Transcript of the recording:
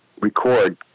record